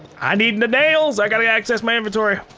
i need the nails. i gotta go access my inventory.